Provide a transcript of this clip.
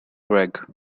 greg